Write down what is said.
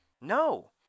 No